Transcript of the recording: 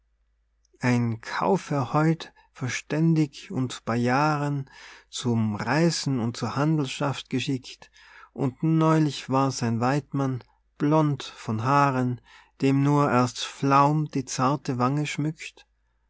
ein kaufherr heut verständig und bei jahren zum reisen und zur handelschaft geschickt und neulich war's ein waidmann blond von haaren dem nur erst flaum die zarte wange schmückt